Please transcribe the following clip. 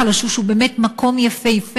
נחל עשוש הוא באמת מקום יפהפה,